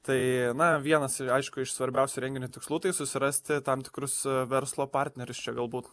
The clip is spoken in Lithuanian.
tai na vienas aišku iš svarbiausių renginio tikslų tai susirasti tam tikrus verslo partnerius čia galbūt